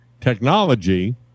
technology